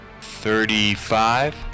Thirty-five